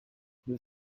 the